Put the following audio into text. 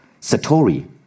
Satori